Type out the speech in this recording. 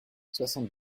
soixante